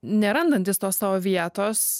nerandantys tos savo vietos